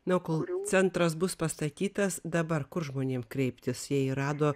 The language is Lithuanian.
na o kol centras bus pastatytas dabar kur žmonėm kreiptis jei rado